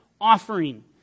offering